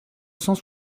cent